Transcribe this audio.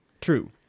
True